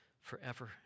forever